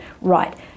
right